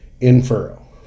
in-furrow